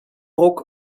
rok